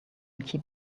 keep